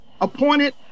appointed